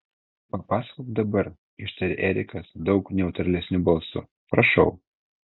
papasakok dabar ištarė erikas daug neutralesniu balsu prašau